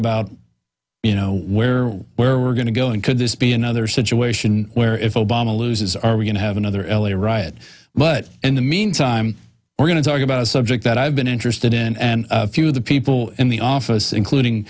about you know where where we're going to go and could this be another situation where if obama loses are we going to have another l a riot but in the meantime we're going to talk about a subject that i've been interested in and a few of the people in the office including